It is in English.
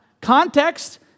context